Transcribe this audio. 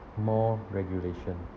more regulation